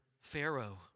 Pharaoh